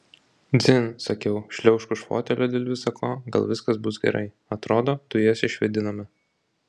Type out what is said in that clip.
dzin sakiau šliaužk už fotelio dėl visa ko gal viskas bus gerai atrodo dujas išvėdinome